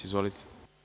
Izvolite.